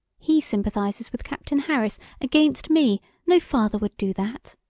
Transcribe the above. he sympathizes with captain harris against me no father would do that.